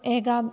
एकं